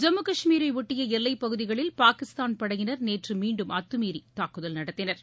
ஜம்மு கஷ்மீரை ஒட்டிய எல்லைப்பகுதிகளில் பாகிஸ்தான் படையினர் நேற்று மீண்டும் அத்தமீறி தாக்குதல் நடத்தினர்